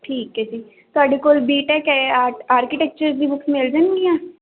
ਠੀਕ ਹੈ ਜੀ ਤੁਹਾਡੇ ਕੋਲ ਬੀਟੈਕ ਹੈ ਆ ਆਰਕੀਟੈਕਚਰ ਦੀ ਬੁੱਕਸ ਮਿਲ ਜਾਣਗੀਆਂ